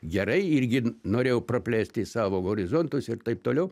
gerai irgi norėjau praplėsti savo horizontus ir taip toliau